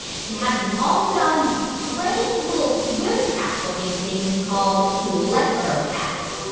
she had them all put on these strange, little, swim-cap-looking things called electro-caps,